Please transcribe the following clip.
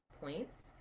points